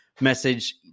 message